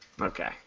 Okay